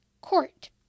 court